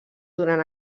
durant